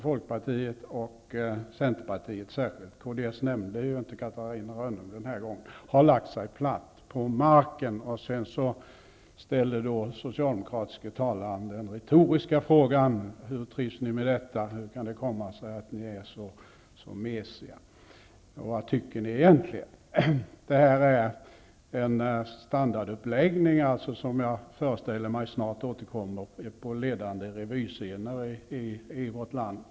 Folkpartiet och särskilt Centerpartiet, Catarina Rönnung nämnde inte kds denna gång, har lagt sig platt på marken. Sedan ställer den socialdemokratiske talaren den retoriska frågan: ''Hur trivs ni med detta, och hur kan det komma sig att ni är så mesiga? Vad tycker ni egentligen?'' Det här är en standarduppläggning som jag föreställer mig snart återkommer på ledande revyscener i vårt land.